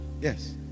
Yes